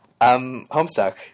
Homestuck